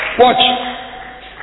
Watch